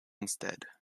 instead